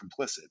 complicit